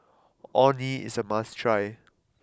Orh Nee is a must try